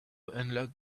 unlock